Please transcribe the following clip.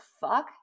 fuck